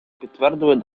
підтвердили